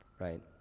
right